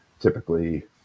typically